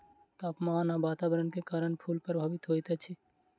तापमान आ वातावरण के कारण फूल प्रभावित होइत अछि